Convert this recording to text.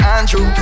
Andrew